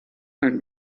and